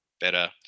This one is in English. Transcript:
better